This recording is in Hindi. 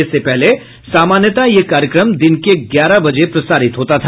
इससे पहले सामान्यतया यह कार्यक्रम दिन के ग्यारह बजे प्रसारित होता था